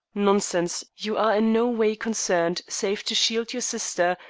nonsense. you are in no way concerned save to shield your sister,